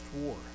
war